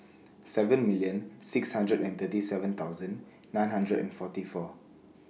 seven million six hundred and thirty seven thousand nine hundred and forty four